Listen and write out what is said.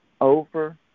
over